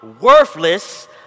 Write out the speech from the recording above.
worthless